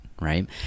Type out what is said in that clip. right